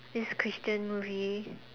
this Christian movie